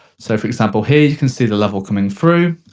so, for example, here you can see the level coming through.